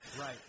Right